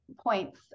points